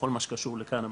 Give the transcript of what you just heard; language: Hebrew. בכל מה שקשור לקנאביס,